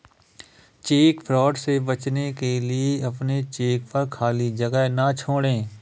check fraud से बचने के लिए अपने चेक पर खाली जगह ना छोड़ें